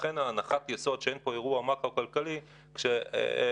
לכן הנחת היסוד שאין פה אירוע מקרו-כלכלי כאשר,